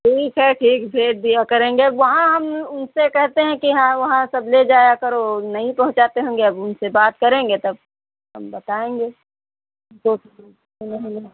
ठीक है ठीक भेज दिया करेंगे वहां हम उनसे कहते हैं कि हां वहां सब ले जाया करो नहीं पहुंचाते होंगे अब उनसे बात करेंगे तब हम बताएंगे